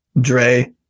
Dre